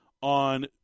on